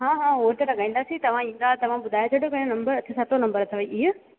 हा हा हो त लॻाईंदासीं तव्हां ईंदा तव्हां ॿुधाए छॾिजो पंहिंजो नंबर अच्छा सतों नंबर अथव इअं